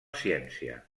ciència